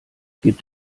gibt